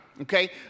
okay